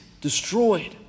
destroyed